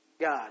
God